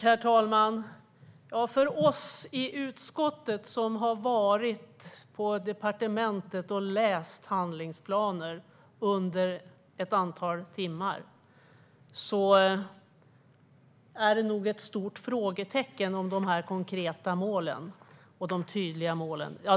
Herr talman! För oss i utskottet som har varit på departementet och läst handlingsplaner under ett antal timmar finns det nog ett stort frågetecken angående de konkreta och tydliga målen.